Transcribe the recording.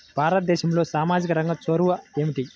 భారతదేశంలో సామాజిక రంగ చొరవ ఏమిటి?